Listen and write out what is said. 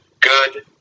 good